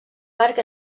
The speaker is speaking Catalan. arc